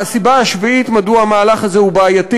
הסיבה השביעית מדוע המהלך הזה הוא בעייתי